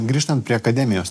grįžtant prie akademijos